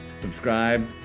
subscribe